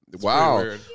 Wow